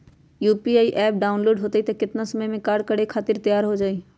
UPI app download होई त कितना समय मे कार्य करे खातीर तैयार हो जाई?